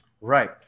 Right